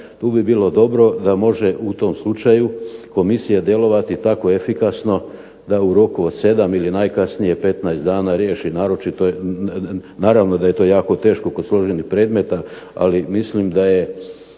tu bi bilo dobro da može u tom slučaju komisija djelovati tako efikasno da u roku od 7 ili najkasnije 15 dana riješi, naravno da je to jako teško kod složenih predmeta, ali mislim da je